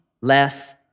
less